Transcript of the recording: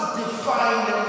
define